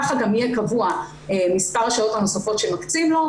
כך גם יהיה קבוע מספר השעות הנוספות שמקצים לו,